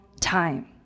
time